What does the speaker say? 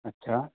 અચ્છા